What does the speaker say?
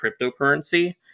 cryptocurrency